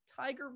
Tiger